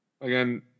Again